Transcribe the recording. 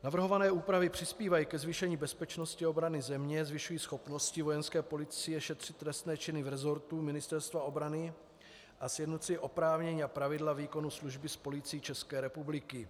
Navrhované úpravy přispívají ke zvýšení bezpečnosti a obrany země, zvyšují schopnosti Vojenské policie šetřit trestné činy v rezortu Ministerstva obrany a sjednocují oprávnění a pravidla výkonu služby s Policií České republiky.